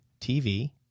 TV